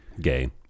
gay